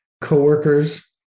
co-workers